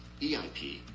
eip